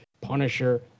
punisher